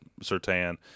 Sertan